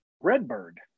Redbird